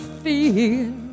feel